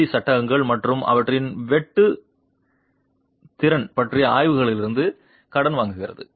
C சட்டகங்கள் மற்றும் அவற்றின் வெட்டு திறன் பற்றிய ஆய்வுகளிலிருந்து கடன் வாங்குகிறது